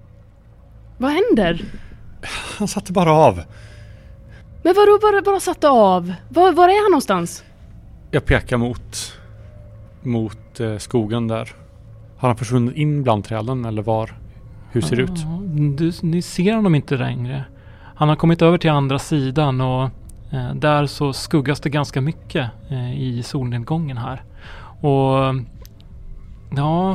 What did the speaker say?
Vad händer? Han satte bara av. Men vadå, bara- bara satte av? Var- var är han någonstans? Jag pekar mot- mot, eh, skogen där. Har han försvunnit in bland träden, eller var? Hur ser det ut? Ah, du s- ni ser honom inte längre. Han har kommit över till andra sidan, och, eh, där så skuggas det ganska mycket, eh, i solnedgången här. Och, ja,